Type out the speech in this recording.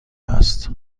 است